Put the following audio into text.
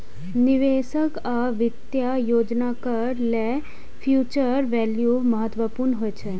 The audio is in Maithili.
निवेशक आ वित्तीय योजनाकार लेल फ्यूचर वैल्यू महत्वपूर्ण होइ छै